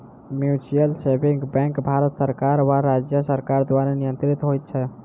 mutual saving bank Bharat सरकार वा राज्य सरकार द्वारा नियंत्रित होइत छै